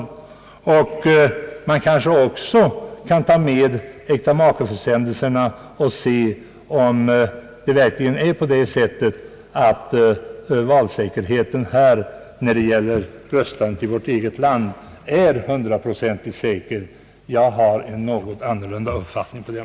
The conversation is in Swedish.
Man kanske också kan ta med äktamakeförsändelser och se om det verkligen är på det sättet att valsäkerheten är 100 procentig i vårt eget land. Jag anser att så inte är fallet.